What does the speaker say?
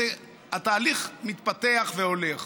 התהליך מתפתח והולך,